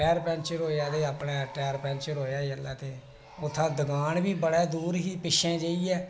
tyre puncture होआ ते अपने टैर पैंचर होआ जेल्लेै ते उत्थै दुकान बी बड़े दूर ही पिच्छै जाइयै